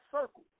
circle